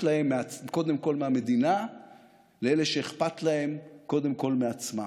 להם קודם כול מהמדינה לאלה שאכפת להם קודם כול מעצמם.